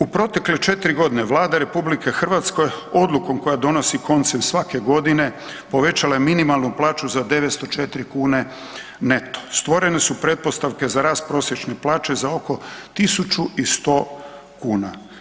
U protekle četiri godine Vlada RH odlukom koju donosi koncem svake godine povećala je minimalnu plaću za 904 kune neto, stvorene su pretpostavke za rast prosječne plaće za oko 1.100 kuna.